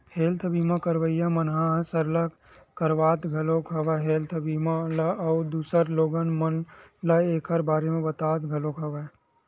health बीमा करवइया मन ह सरलग करवात घलोक हवय हेल्थ बीमा ल अउ दूसर लोगन मन ल ऐखर बारे म बतावत घलोक हवय